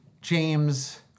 James